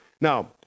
Now